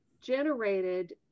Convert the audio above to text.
generated